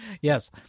Yes